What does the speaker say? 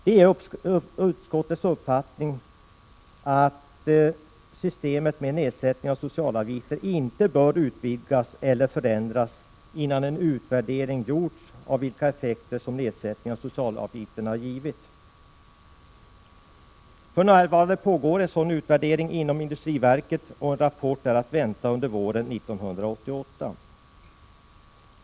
Det är utskottets uppfattning att systemet med nedsättningen av socialavgifterna inte bör utvidgas eller förändras, innan en utvärdering gjorts av vilka effekter som nedsättningen av socialavgifterna givit. För närvarande pågår en sådan utvärdering inom industriverket, och en rapport är att vänta under våren 1988.